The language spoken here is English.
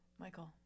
Michael